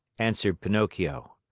answered pinocchio.